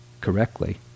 correctly